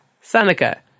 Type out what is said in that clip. Seneca